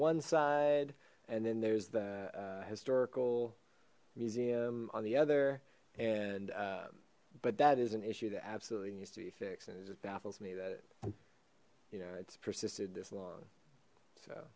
one side and then there's the historical museum on the other and but that is an issue that absolutely needs to be fixed and it just baffles me that it you know it's persisted this long so